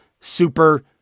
super